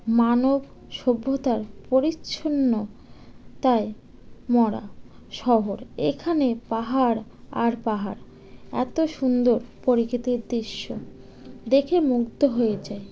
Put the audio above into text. মানব সভ্যতার পরিচ্ছন্ন তাই মরা শহর এখানে পাহাড় আর পাহাড় এত সুন্দর প্রকৃতির দৃশ্য দেখে মুগ্ধ হয়ে যায়